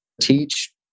teach